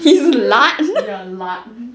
ya lard